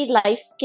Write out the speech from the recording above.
life